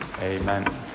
Amen